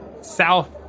south